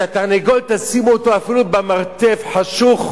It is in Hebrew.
את התרנגול, תשימו אותו אפילו במרתף חשוך,